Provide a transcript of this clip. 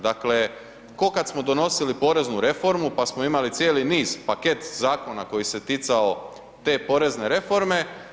Dakle, ko kad smo donosili poreznu reformu, pa smo imali cijeli niz paket zakona koji se ticao te porezne reforme.